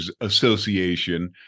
association